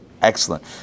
Excellent